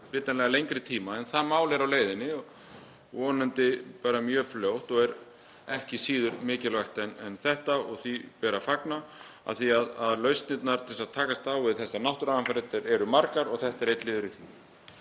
vitanlega lengri tíma. En það mál er á leiðinni og vonandi bara mjög fljótt og er ekki síður mikilvægt en þetta. Þessu ber því að fagna af því að lausnirnar til að takast á við þessar náttúruhamfarir eru margar og þetta er einn liður í því.